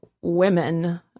women